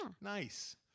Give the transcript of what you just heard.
Nice